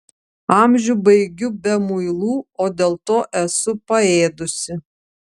amžių baigiu be muilų o dėl to esu paėdusi